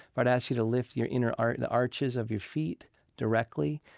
i'd ask you to lift your inner ah the arches of your feet directly,